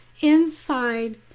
inside